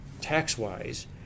tax-wise